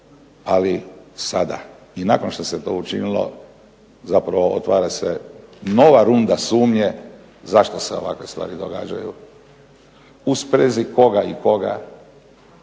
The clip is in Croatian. ali sada i nakon što se to učinilo zapravo otvara se nova runda sumnje zašto se ovakve stvari događaju, u sprezi koga i koga,